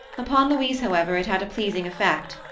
upon louise, however, it had a pleasing effect,